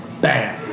Bam